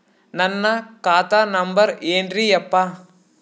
ನನ್ನ ಖಾತಾ ನಂಬರ್ ಏನ್ರೀ ಯಪ್ಪಾ?